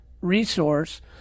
resource